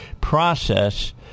process